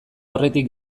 aurretik